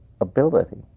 ability